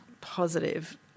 positive